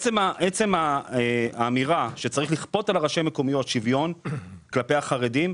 עצם האמירה שצריך לכפות על ראשי הרשויות המקומיות שוויון כלפי החרדים,